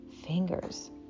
fingers